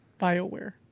BioWare